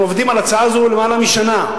אנחנו עובדים על הצעה זאת למעלה משנה.